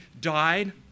died